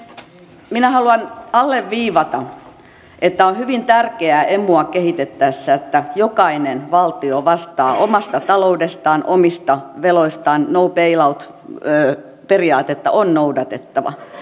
minä haluan alleviivata että on hyvin tärkeää emua kehitettäessä että jokainen valtio vastaa omasta taloudestaan omista veloistaan no bail out periaatetta on noudatettava